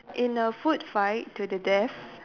in a food fight to the death